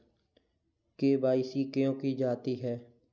KYC क्यों की जाती है?